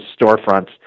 storefronts